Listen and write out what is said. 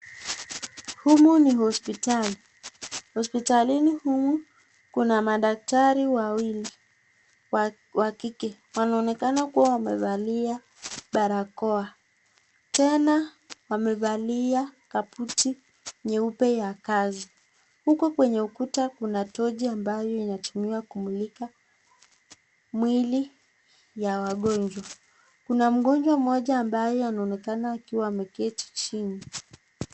Humu ni hospitali hospitalini humu Kuna madaktari wawili wakike, wamefalia barakoa tena wamefalia kabuti nyeupe ya kazi huku kwenye ukuta kuna tochi ambayo inatumiwa kumulika mwili ya wagonjwa , Kuna mgonjwa moja ambaye anaonekana akiwa ameketi chini.